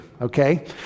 Okay